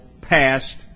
passed